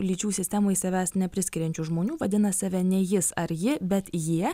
lyčių sistemai savęs nepriskiriančių žmonių vadina save ne jis ar ji bet jie